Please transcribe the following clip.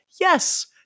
Yes